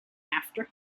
after